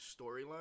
storyline